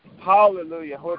Hallelujah